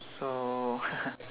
so